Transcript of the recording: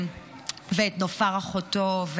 ואת נופר אחותו.